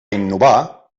innovar